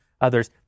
others